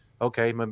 okay